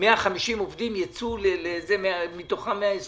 150 עובדים, מתוכם 120